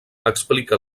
explica